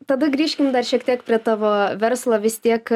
tada grįžkim dar šiek tiek prie tavo verslo vis tiek